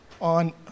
on